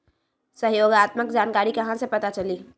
सहयोगात्मक जानकारी कहा से पता चली?